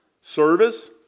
Service